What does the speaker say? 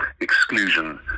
exclusion